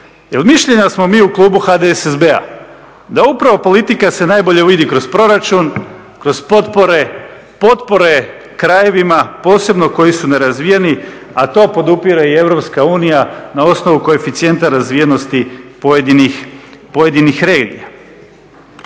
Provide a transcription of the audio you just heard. mišljenja smo mi u klubu HDSSB-a da upravo politika se najbolje se vidi kroz proračun, kroz potpore, potpore krajevima posebno koji su nerazvijeni, a to podupire i EU na osnovu koeficijenta razvijenosti pojedinih regija.